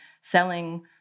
selling